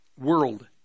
world